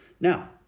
Now